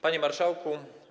Panie Marszałku!